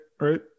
right